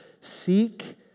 seek